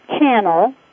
Channel